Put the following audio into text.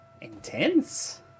Intense